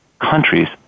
countries